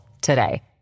today